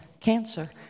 cancer